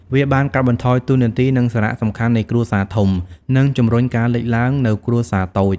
វាបានបន្ថយតួនាទី និងសារៈសំខាន់នៃគ្រួសារធំ និងជំរុញការលេចឡើងនូវគ្រួសារតូច។